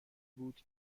بود